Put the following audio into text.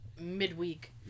midweek